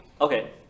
okay